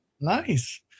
Nice